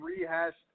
rehashed